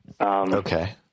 okay